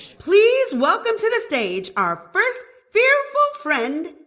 please welcome to the stage our first fearful friend,